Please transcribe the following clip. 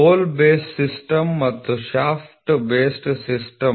hole base system ಮತ್ತು shaft base system